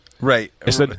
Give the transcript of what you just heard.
Right